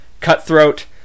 Cutthroat